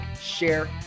share